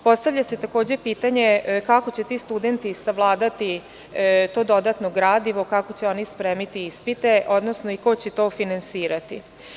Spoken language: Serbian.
Postavlja se takođe pitanje kako će ti studenti savladati to dodatno gradivo, kako će oni spremiti ispite, odnosno ko će to finansirati?